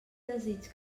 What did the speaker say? desig